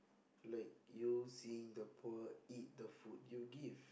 like you seeing the poor eat the food you give